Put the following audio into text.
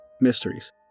Mysteries